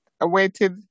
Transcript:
Awaited